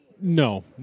No